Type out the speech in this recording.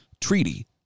treaty